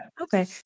Okay